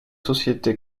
sociétés